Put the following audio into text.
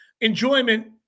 enjoyment